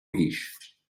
guix